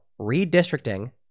redistricting